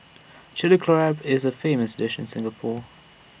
Chilli Crab is A famous dish in Singapore